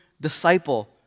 disciple